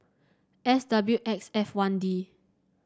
S W X F one D